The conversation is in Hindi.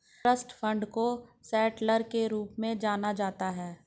ट्रस्ट फण्ड को सेटलर के रूप में जाना जाता है